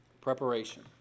Preparation